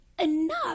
enough